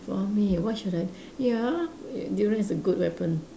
for me what should I ya durian is a good weapon